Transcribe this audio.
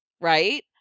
right